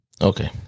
Okay